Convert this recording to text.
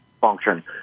function